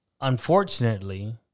Unfortunately